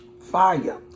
fire